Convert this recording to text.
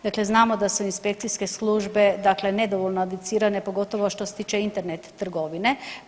Dakle, znamo da se inspekcijske službe dakle nedovoljno educirane, pogotovo što se tiče Internet trgovine.